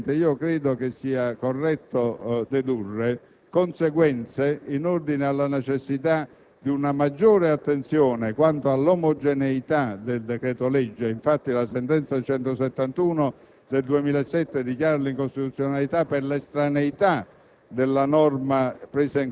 Da questo, signor Presidente, credo sia corretto dedurre conseguenze in ordine alla necessità di una maggiore attenzione quanto all'omogeneità del decreto-legge: la sentenza n. 171 del 2007 dichiara appunto l'incostituzionalità per l'estraneità